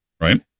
right